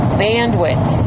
bandwidth